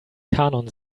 kanon